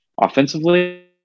offensively